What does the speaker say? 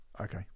Okay